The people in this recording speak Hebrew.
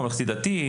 ממלכתי-דתי,